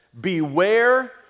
Beware